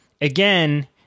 again